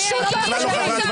את בכלל לא חברת ועדה.